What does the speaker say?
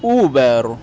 Uber